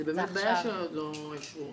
זו באמת בעיה שעוד לא אישרו.